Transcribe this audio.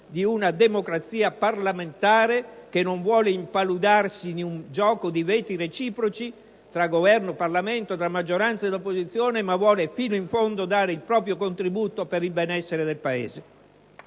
di una democrazia parlamentare che non vuole impaludarsi in un gioco di veti reciproci tra Governo e Parlamento, tra maggioranza e opposizione, ma vuole dare fino in fondo il proprio contributo per il benessere del Paese.